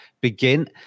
begin